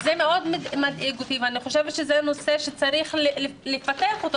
אז זה מאוד מדאיג אותי ואני חושבת שזה נושא שצריך לפתח אותו.